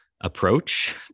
approach